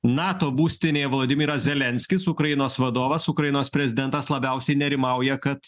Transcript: nato būstinėj volodymyras zelenskis ukrainos vadovas ukrainos prezidentas labiausiai nerimauja kad